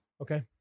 okay